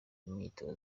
n’imyitozo